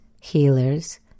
healers